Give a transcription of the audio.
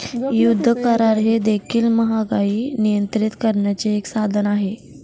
युद्ध करार हे देखील महागाई नियंत्रित करण्याचे एक साधन आहे